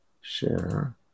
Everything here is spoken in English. Share